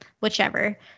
whichever